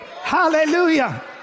hallelujah